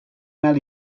mal